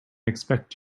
expect